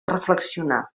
reflexionar